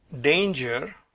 danger